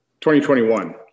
2021